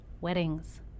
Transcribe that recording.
weddings